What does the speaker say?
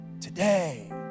today